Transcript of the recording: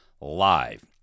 live